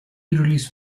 release